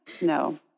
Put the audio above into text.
No